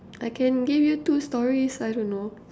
I can give you two stories I don't know